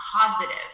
positive